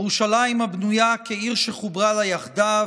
"ירושלַ‍ִם הבנויה כעיר שחֻברה לה יחדָּו",